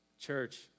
church